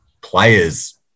players